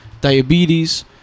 diabetes